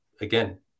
again